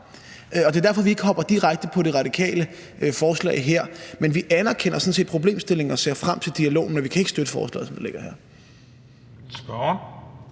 Og det er derfor, vi ikke hopper direkte på det radikale forslag her, men vi anerkender sådan set problemstillingen og ser frem til dialogen. Vi kan dog ikke støtte forslaget, som det ligger her.